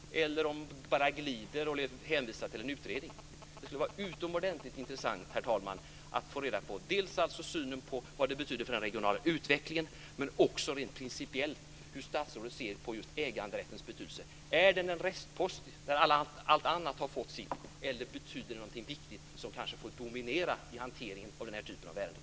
Eller ska hon lite glidande hänvisa till en utredning? Det skulle vara utomordentligt intressant, herr talman, att få reda på dels statsrådets syn på den regionala utvecklingen, dels hur statsrådet principiellt ser på just äganderättens betydelse. Är den en restpost när allt annat har fått sitt, eller betyder den någonting viktigt som kan få dominera i hanteringen av den typen av ärenden?